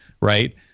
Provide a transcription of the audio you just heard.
right